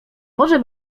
może